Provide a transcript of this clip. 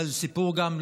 אבל זה גם סיפור שלנו,